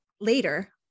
later